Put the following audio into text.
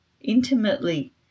intimately